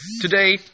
Today